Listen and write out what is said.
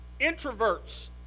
introverts